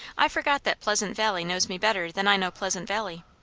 i forgot that pleasant valley knows me better than i know pleasant valley.